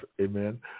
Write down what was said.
Amen